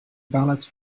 ballots